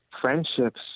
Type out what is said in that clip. friendships